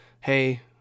Hey